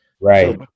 Right